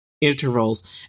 intervals